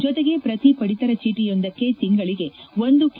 ಜತೆಗೆ ಪ್ರತೀ ಪದಿತರ ಚೀಟಿಯೊಂದಕ್ಕೆ ತಿಂಗಳಿಗೆ ಒಂದು ಕೆ